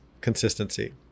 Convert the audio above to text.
consistency